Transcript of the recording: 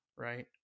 right